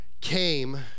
came